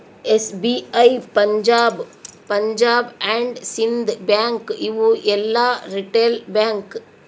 SBI, Punjab, Punjab and Sindh bank ಇವು ಎಲ್ಲಾ retail bank